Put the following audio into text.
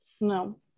No